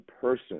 person